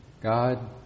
God